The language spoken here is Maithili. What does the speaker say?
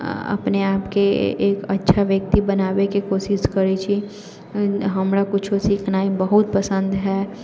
अपने आपके एक अच्छा व्यक्ति बनाबैके कोशिश करै छी हमरा किछु सिखनाइ बहुत पसन्द हइ